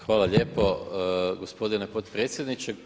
Hvala lijepo gospodine potpredsjedniče.